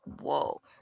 Whoa